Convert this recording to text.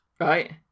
Right